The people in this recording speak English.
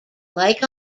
lake